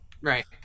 Right